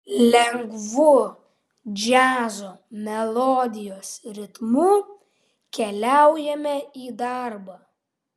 lengvu džiazo melodijos ritmu keliaujame į darbą